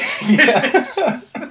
Yes